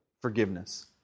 forgiveness